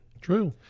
True